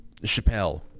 Chappelle